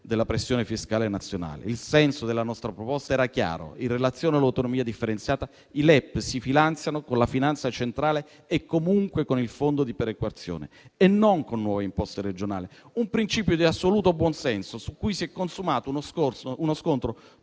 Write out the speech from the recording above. della pressione fiscale nazionale. Il senso della nostra proposta era chiaro: in relazione all'autonomia differenziata i LEP si finanziano con la finanza centrale e comunque con il fondo di perequazione e non con nuove imposte regionali; un principio di assoluto buon senso su cui si è consumato uno scontro